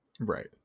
right